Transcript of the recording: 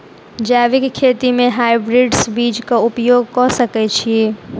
जैविक खेती म हायब्रिडस बीज कऽ उपयोग कऽ सकैय छी?